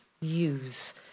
use